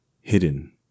hidden